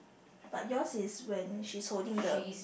but yours is when she's holding the